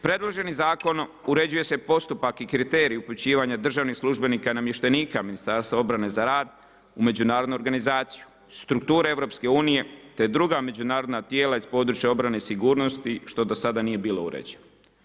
Predloženim zakonom uređuje se postupak i kriterij upućivanja državnih službenika i namještenika Ministarstva obrane za rad u međunarodnu organizaciju, strukture EU, te druga međunarodna tijela iz područja obrane i sigurnosti što do sada nije bilo uređeno.